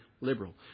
liberal